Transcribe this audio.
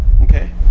okay